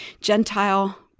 Gentile